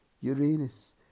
Uranus